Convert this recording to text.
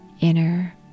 inner